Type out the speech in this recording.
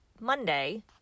Monday